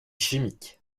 chimique